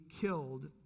killed